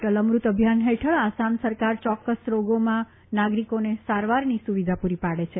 અટલ અમૃત અભિયાન હેઠળ આસામ સરકાર ચોક્કસ રોગોમાં નાગરિકોને સારવારની સુવિધા પુરી પાડે છે